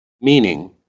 Meaning